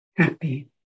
happy